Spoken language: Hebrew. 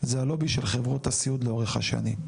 זה הלובי של חברות הסיעוד לאורך השנים.